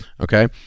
Okay